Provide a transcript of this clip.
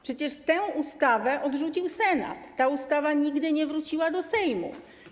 Przecież tę ustawę odrzucił Senat, ta ustawa nigdy nie wróciła do Sejmu.